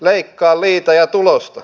leikkaa liitä ja tulosta